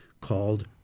called